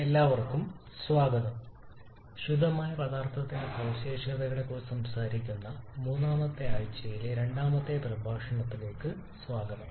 എല്ലാവർക്കും സ്വാഗതം ശുദ്ധമായ പദാർത്ഥത്തിന്റെ സവിശേഷതകളെക്കുറിച്ച് സംസാരിക്കുന്ന മൂന്നാമത്തെ ആഴ്ചയിലെ രണ്ടാമത്തെ പ്രഭാഷണത്തിലേക്ക് സ്വാഗതം